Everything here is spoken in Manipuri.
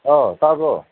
ꯑ ꯇꯥꯕ꯭ꯔꯣ